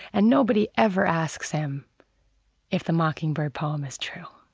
and nobody ever asks him if the mockingbird poem is true.